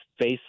face